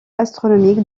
astronomique